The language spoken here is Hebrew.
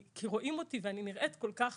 כי רואים אותי ואני נראית כל כך